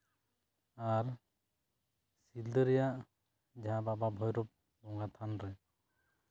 ᱟᱨ ᱥᱤᱞᱫᱟᱹ ᱨᱮᱭᱟᱜ ᱡᱟᱦᱟᱸ ᱵᱟᱵᱟ ᱵᱷᱳᱭᱨᱚᱵᱽ ᱚᱱᱟ ᱛᱷᱟᱱ ᱨᱮ